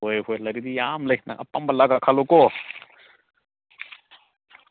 ꯍꯣꯏ ꯍꯣꯏ ꯂꯥꯏꯔꯤꯛꯇꯤ ꯌꯥꯝ ꯂꯩ ꯅꯪ ꯑꯄꯥꯝꯕ ꯂꯥꯛꯑꯒ ꯑꯄꯥꯝꯕ ꯈꯜꯂꯣꯀꯣ